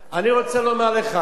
אני רוצה לומר לך,